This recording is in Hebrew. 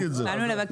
חמישה חודשים.